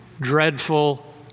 dreadful